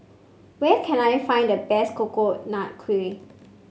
where can I find the best Coconut Kuih